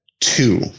two